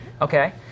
Okay